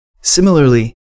Similarly